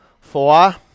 Four